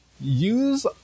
use